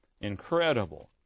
incredible